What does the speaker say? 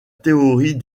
théorie